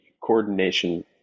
coordination